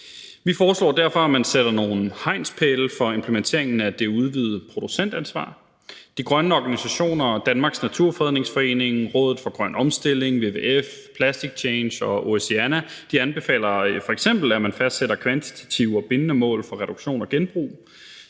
Vi foreslår derfor, at man sætter nogle hegnspæle for implementeringen af det udvidede producentansvar op. De grønne organisationer og Danmarks Naturfredningsforening, Rådet for Grøn Omstilling, WWF, Plastic Change og Oceana anbefaler f.eks., at man fastsætter kvantitative og bindende mål for reduktion og genbrug.